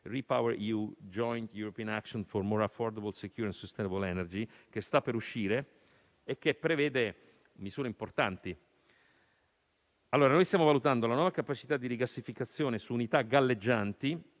RePower EU: Joint european action for more affordable, secure and sustainable energy, che sta per uscire e prevede misure importanti. Stiamo valutando la nostra capacità di rigassificazione su unità galleggianti,